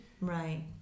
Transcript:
Right